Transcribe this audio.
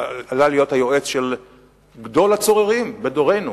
עלה להיות היועץ של גדול הצוררים בדורנו,